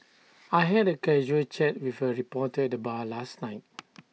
I had A casual chat with A reporter at the bar last night